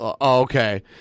Okay